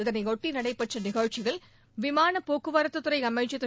இதனையொட்டி நடைபெற்ற நிகழ்ச்சியில் விமானப் போக்குவரத்துறை அமைச்சர் திரு